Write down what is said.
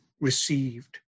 received